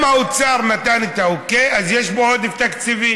אם האוצר נתן אוקיי, אז יש בו עודף תקציבי.